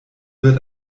wird